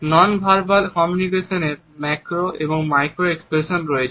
নন verbal communication এর macro এবং micro expression রয়েছে